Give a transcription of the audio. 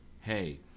hey